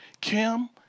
Kim